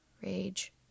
rage